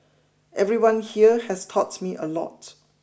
everyone here has taught me a lot